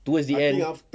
towards the end